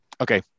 Okay